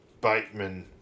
Bateman